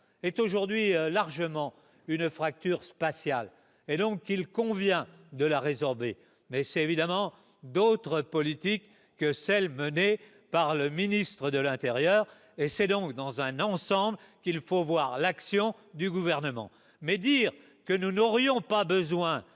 est aujourd'hui largement une fracture spatiale et donc il convient de la résorber, mais c'est évidemment d'autre politique que celle menée par le ministre de l'Intérieur et c'est donc dans un ensemble qu'il faut voir l'action du gouvernement mais dire que nous n'aurions pas besoin